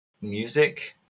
music